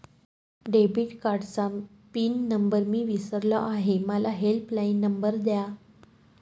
debit कार्डचा pin number मी विसरलो आहे मला हेल्पलाइन नंबर द्या